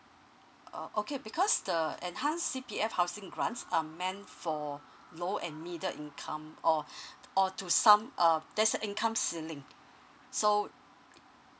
uh okay because the enhance C_P_F housing grant are meant for lower and middle income or or to some uh there's a income ceiling so